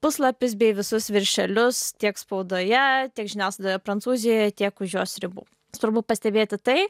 puslapius bei visus viršelius tiek spaudoje tiek žiniasklaidoje prancūzijoje tiek už jos ribų svarbu pastebėti tai